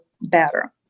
better